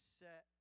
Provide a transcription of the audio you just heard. set